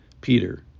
Peter